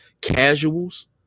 casuals